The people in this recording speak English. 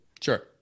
Sure